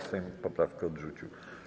Sejm poprawkę odrzucił.